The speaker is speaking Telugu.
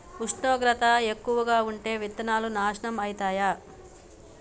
ఉష్ణోగ్రత ఎక్కువగా ఉంటే విత్తనాలు నాశనం ఐతయా?